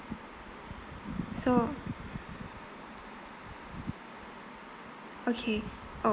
so okay oh